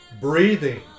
breathing